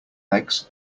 legs